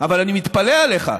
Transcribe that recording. אבל אני מתפלא עליך: